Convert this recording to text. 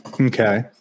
Okay